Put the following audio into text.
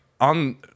on